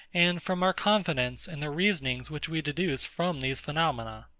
and from our confidence in the reasonings which we deduce from these phenomena.